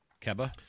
Keba